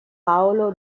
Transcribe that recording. paolo